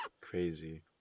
Crazy